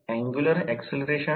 985 W c 1200 इतके मिळते